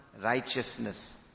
righteousness